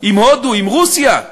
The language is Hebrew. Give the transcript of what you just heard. עם הודו, עם רוסיה,